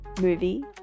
movie